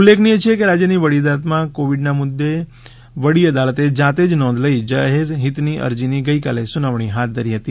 ઉલ્લેખનીય છે કે રાજ્યની વડી અદાલતમાં કોવિડના મુદ્દે વડી અદાલતે જાતે જ નોંધ લઈ કરેલી જાહેર હિતની અરજીની ગઈકાલે સુનાવણી હાથ ધરી હતી